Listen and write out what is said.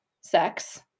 sex